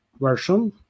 version